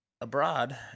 abroad